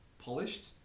polished